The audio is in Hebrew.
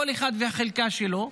כל אחד והחלקה שלו,